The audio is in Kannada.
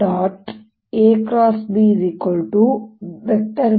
A A